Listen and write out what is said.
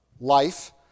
life